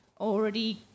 already